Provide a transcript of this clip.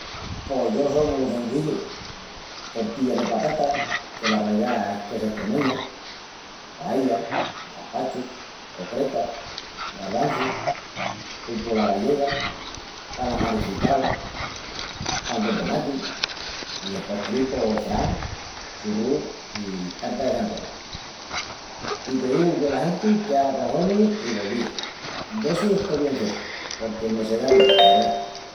Pos yo só mu cenzillu: tortilla de patatas, que la ralidá es qu'es estremeña, paella, gaspachu, cocretas, garvançus, pulpu ala gallega, calamaris fritaus, pan con tomati… i de postri pos fran, churrus i tarta de Santiagu. I te digu que la genti queava conhormi i volvía. D'essu estó bien ciertu, porque me se da bien, la verdá.